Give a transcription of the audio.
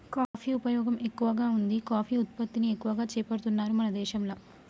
coffee ఉపయోగం ఎక్కువగా వుంది కాఫీ ఉత్పత్తిని ఎక్కువ చేపడుతున్నారు మన దేశంల